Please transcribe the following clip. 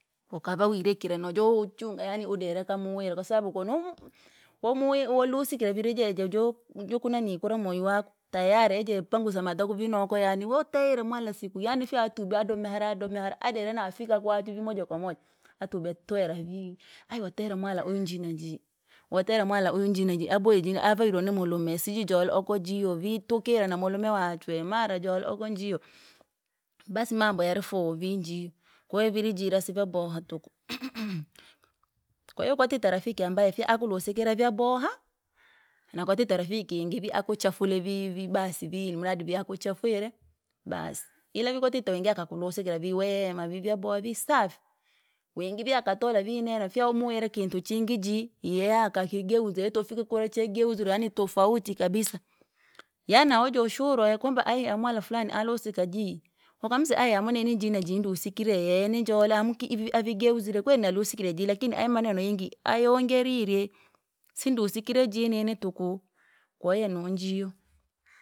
Ukava wirekire nojo wochunga yaani udire kamuwira kwasaabu konou komuwe wolusikire vili jeje joku jokunanii kura moywi waku. Tayari yeje pangusa mataku vii nako yani wateyire mwala siku yaani fya- tube bado mihala adome mihara adire nafika kwachu vii moja kwa moja. Atube twera vi, ayi wateyire mwala unjii na njii, wateyire mwala uyu njii na njii aboya jii avairwe ni mulume sijui joli oko jiyo vitukire na mulume wachwe mara jole oko njiyo. Basi mambo yarifoko vii njii, kwahiyo viri jii rasi vyaboha tuku, kwahiyo kwatite rafiki ambaye fya akulusikire vyaboha? Na kwatite rafiki yingi vii akuchafule vi- vibasi vi ilimradi vii akuchafwire! Baasi. Ila vi kwatite wingi akakulusikira vi wee maa vi- vyaboha vii safi, wingi vi akatola vi ineno fya mamuwire kintu chingi jii, yeye akakigeuza yetofika kura chageuzirwa yani tofauti kabisa. Yaani nawojo shurwa yakwamba ayi amwala fulani alusika jii, wakamseya ayi amu ni niji na jii ndusikire yeye nijole amu ki- ivi avigeuzire kweri nalusikire jii lakini ayo maneno yingi ayongerire, sindusikire jii nini tuku, kwahiyo nonjiyo.